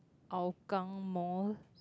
Hougang Mall